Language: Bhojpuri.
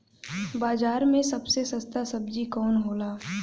बाजार मे सबसे सस्ता सबजी कौन होला?